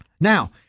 Now